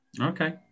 Okay